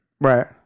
Right